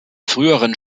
früheren